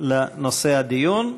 לנושא הדיון.